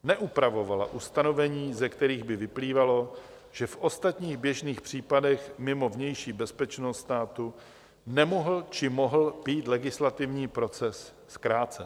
Neupravovala ustanovení, ze kterých by vyplývalo, že v ostatních běžných případech mimo vnější bezpečnost státu nemohl, či mohl být legislativní proces zkrácen.